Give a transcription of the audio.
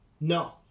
No